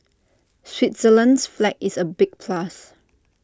Switzerland's flag is A big plus